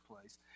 place